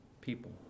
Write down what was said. people